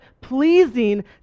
pleasing